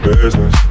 business